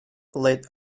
let